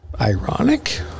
ironic